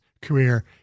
career